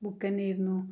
book തന്നെയായിരുന്നു